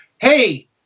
hey